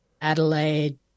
Adelaide